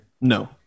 No